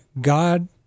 God